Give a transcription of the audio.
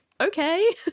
okay